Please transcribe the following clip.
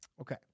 okay